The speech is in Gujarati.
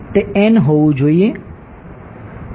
તે n હોવું જોઈએ